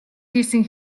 хийсэн